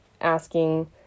asking